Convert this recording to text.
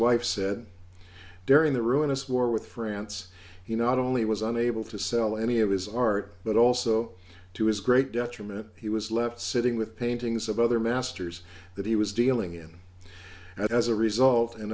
wife said during the ruinous war with france he not only was unable to sell any of his art but also to his great detriment he was left sitting with paintings of other masters that he was dealing in as a result and